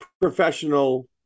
professional